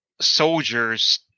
soldiers